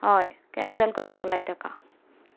हय कँसल करपाक लाय ताका